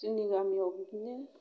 जोंनि गामियाव बिदिनो